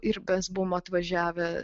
ir mes buvom atvažiavę